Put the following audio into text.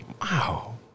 Wow